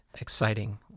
exciting